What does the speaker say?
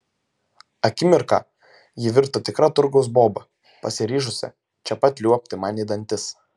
akimirką ji virto tikra turgaus boba pasiryžusia čia pat liuobti man į dantis